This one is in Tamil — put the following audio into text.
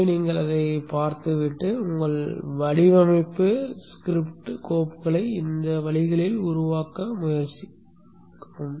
எனவே நீங்கள் அதைப் பார்த்துவிட்டு உங்கள் வடிவமைப்பு ஸ்கிரிப்ட் கோப்புகளை இந்த வழிகளில் உருவாக்க முயற்சிக்கவும்